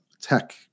tech